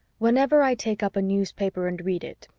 whenever i take up a newspaper and read it,